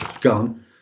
gone